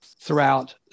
throughout